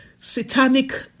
satanic